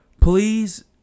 please